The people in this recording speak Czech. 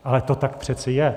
Ale to tak přeci je.